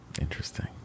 Interesting